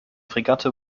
fregatte